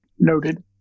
Noted